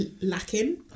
lacking